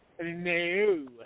No